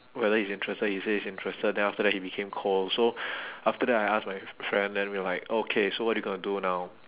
whether he's interested he say he's interested then after that he became cold so after that I ask my f~ friend then we're like okay so what you gonna do now